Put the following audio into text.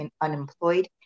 unemployed